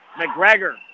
McGregor